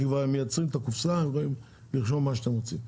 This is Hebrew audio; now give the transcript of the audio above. כי הם מייצרים גם את הקופסה והם יכולים לרשום מה שאתם רוצים.